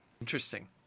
Interesting